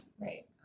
Right